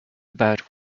about